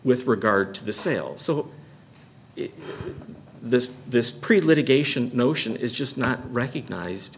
with regard to the sales so this this pretty litigation notion is just not recognized